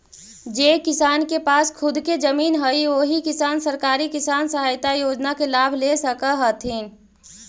जे किसान के पास खुद के जमीन हइ ओही किसान सरकारी किसान सहायता योजना के लाभ ले सकऽ हथिन